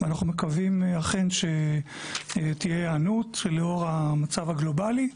ואנחנו מקווים אכן שתהיה היענות לאור המצב הגלובלי.